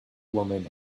woman